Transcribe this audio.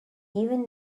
even